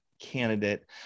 candidate